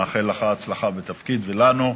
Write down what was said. מאחל לך הצלחה בתפקיד ולנו.